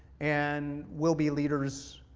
and will be leaders,